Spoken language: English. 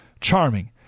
charming